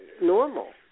normal